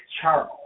Charles